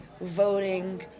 voting